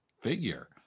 figure